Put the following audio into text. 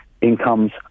incomes